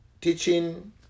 teaching